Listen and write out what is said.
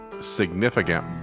significant